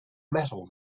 metal